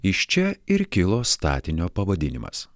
iš čia ir kilo statinio pavadinimas